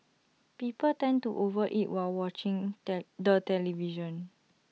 people tend to over eat while watching that the television